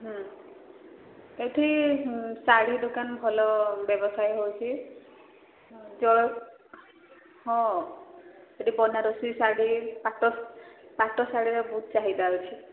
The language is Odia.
ହଁ ଏଠି ଶାଢ଼ୀ ଦୋକାନ ଭଲ ବ୍ୟବସାୟ ହେଉଛି ଯ ହଁ ଏଠି ବନାରସ ଶାଢ଼ୀ ପାଟ ପାଟ ଶାଢ଼ୀର ବହୁତ ଚାହିଦା ଅଛି